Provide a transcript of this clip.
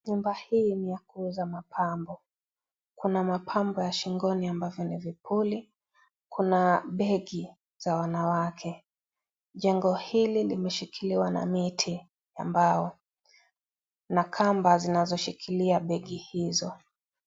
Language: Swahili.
Nyumba hii ni ya kuuza mapambo, kuna mapambo ya shingoni ambavyo ni vipuli kuna begi za wanawake, jengo hili limeshikiliwa na miti na mbao na kamba zinazoshikilia begi hizo.